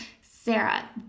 Sarah